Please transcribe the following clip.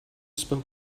spoke